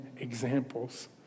examples